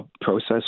process